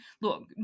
look